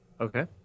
Okay